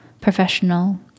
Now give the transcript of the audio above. professional